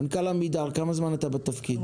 מנכ"ל עמידר, כמה זמן אתה בתפקיד?